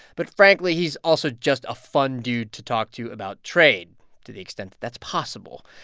but frankly, he's also just a fun dude to talk to about trade to the extent that that's possible.